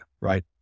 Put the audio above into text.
Right